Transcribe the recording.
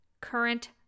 current